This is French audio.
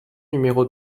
numéro